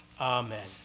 Amen